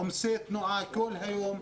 עומסי תנועה כל היום.